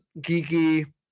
Geeky